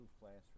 Classroom